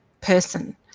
person